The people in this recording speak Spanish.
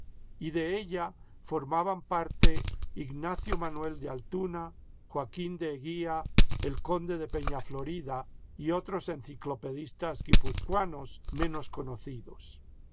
y de ella form aban parte ignacio manuel de altuna joaquín de eguía el conde de peña florida y otros enciclopedistas guipuzcoanos menos conocidos los